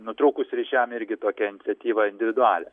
nutrūkus ryšiam irgi tokią iniciatyvą individualią